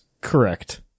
correct